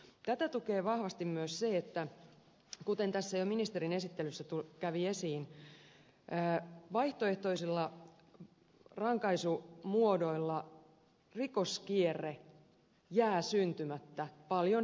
tätä tukee vahvasti myös se kuten jo ministerin esittelyssä kävi esiin että vaihtoehtoisilla rankaisumuodoilla rikoskierre jää syntymättä paljon herkemmin